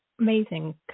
amazing